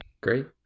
Great